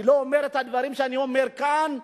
אני לא אומר בחוץ-לארץ את הדברים שאני אומר כאן,